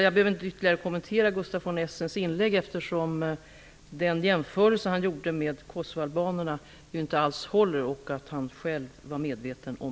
Jag behöver inte kommentera Gustaf von Essens inlägg. Den jämförelse som han gjorde med kosovoalbanerna håller inte alls, vilket han själv är medveten om.